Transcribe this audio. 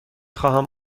خواهم